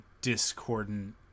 discordant